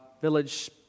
Village